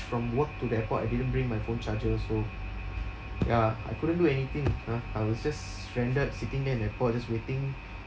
from work to the airport I didn't bring my phone charger so ya I couldn't do anything ah I was just stranded sitting there in the airport just waiting